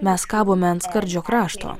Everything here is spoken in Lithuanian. mes kabome ant skardžio krašto